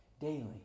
daily